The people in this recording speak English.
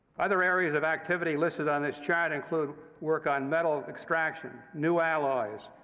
other areas of activity listed on this chart include work on metal extraction, new alloys,